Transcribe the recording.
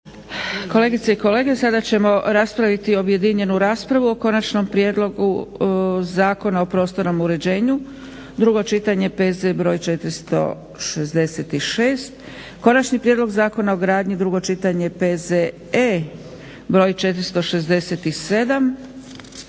Kolegice i kolege sada ćemo raspraviti objedinjenu raspravu o - Konačni prijedlog Zakona o prostornom uređenju, drugo čitanje, P.Z. br. 466; - Konačni prijedlog Zakona o gradnji, drugo čitanje, P.Z.E. br. 467;